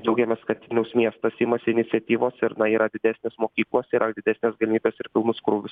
džiaugiamės kad vilniaus miestas imasi iniciatyvos ir na yra didesnės mokyklos yra didesnės galimybės ir pilnus krūvius